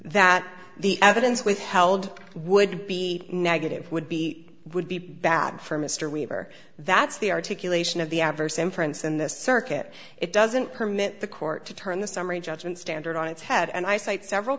that the evidence withheld would be negative would be would be bad for mr weaver that's the articulation of the adverse inference in the circuit it doesn't permit the court to turn the summary judgment standard on its head and i cite several